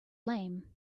lame